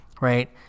Right